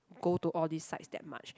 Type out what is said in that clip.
go to all these sites that much